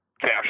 cash